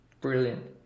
brilliant